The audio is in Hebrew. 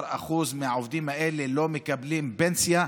ו-16% מהעובדים האלה לא מקבלים פנסיה,